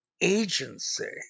agency